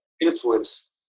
influence